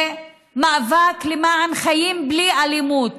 זה מאבק למען חיים בלי אלימות,